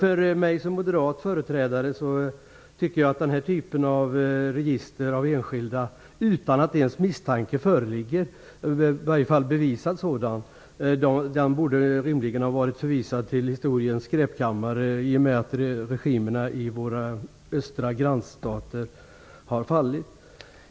Jag tycker som moderat företrädare att denna typ av registrering av enskilda, utan att bevisad misstanke föreligger, rimligen borde ha varit förvisad till historiens skräpkammare i och med att regimerna i våra östra grannstater har fallit.